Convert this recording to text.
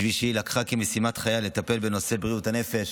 והיא לקחה כמשימת חייה לטפל בנושא בריאות הנפש,